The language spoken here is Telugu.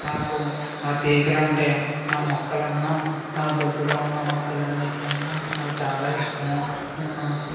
నాకు నా తీగలంటే నా మొక్కలన్న నా దొడ్డిలో ఉన్న మొక్కలన్నిటిలో అన్న నాకు చాలా ఇష్టము నేను